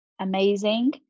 amazing